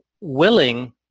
willing